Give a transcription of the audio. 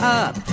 up